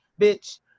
bitch